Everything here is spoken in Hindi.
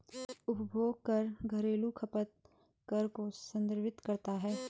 उपभोग कर घरेलू खपत कर को संदर्भित करता है